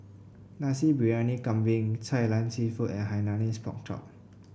Nasi Briyani Kambing Kai Lan seafood and Hainanese Pork Chop